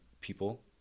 people